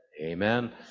amen